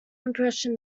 impression